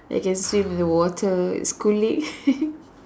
that can swim the water it's cooling